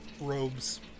robes